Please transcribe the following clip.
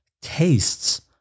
tastes